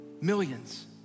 Millions